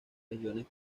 regiones